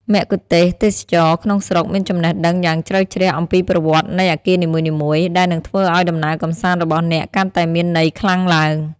មគ្គុទ្ទេសក៍ទេសចរណ៍ក្នុងស្រុកមានចំណេះដឹងយ៉ាងជ្រៅជ្រះអំពីប្រវត្តិនៃអគារនីមួយៗ ដែលនឹងធ្វើឱ្យដំណើរកម្សាន្តរបស់អ្នកកាន់តែមានន័យខ្លាំងឡើង។